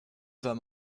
soll